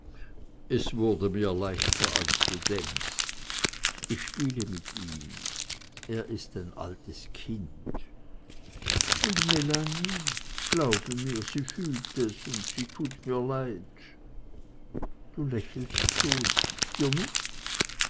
es wurde mir leichter als du denkst ich spiele mit ihm er ist ein altes kind und melanie glaube mir sie fühlt es und sie tut mir leid du lächelst so dir nicht